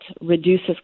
reduces